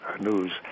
news